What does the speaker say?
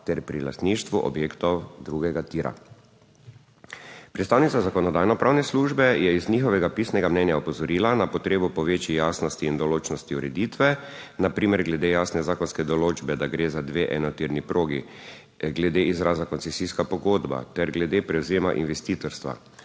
ter pri lastništvu objektov drugega tira. Predstavnica Zakonodajno-pravne službe je iz njihovega pisnega mnenja opozorila na potrebo po večji jasnosti in določnosti ureditve, na primer glede jasne zakonske določbe, da gre za dve enotirni progi, glede izraza koncesijska pogodba ter glede prevzema investitorstva.